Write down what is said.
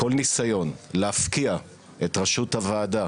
כל ניסיון להפקיע את ראשות הוועדה